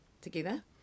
together